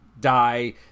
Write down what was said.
die